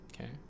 Okay